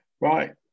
right